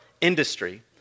industry